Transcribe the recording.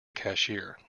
cashier